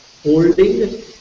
Holding